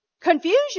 Confusion